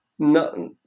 No